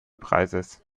preises